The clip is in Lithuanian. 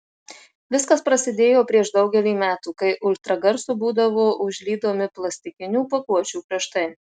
viskas prasidėjo prieš daugelį metų kai ultragarsu būdavo užlydomi plastikinių pakuočių kraštai